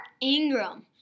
Ingram